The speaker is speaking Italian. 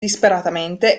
disperatamente